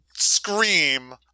scream